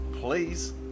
Please